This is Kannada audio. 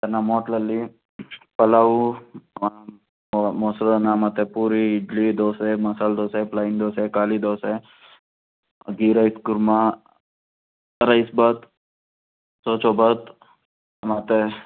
ಸರ್ ನಮ್ಮ ಹೋಟ್ಲಲ್ಲಿ ಪಲಾವು ಮೊಸರನ್ನ ಮತ್ತು ಪೂರಿ ಇಡ್ಲಿ ದೋಸೆ ಮಸಾಲೆ ದೋಸೆ ಪ್ಲೈನ್ ದೋಸೆ ಖಾಲಿ dosa ghee rice kurma rice bhath chow chow bhath ಮತ್ತು